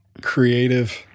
creative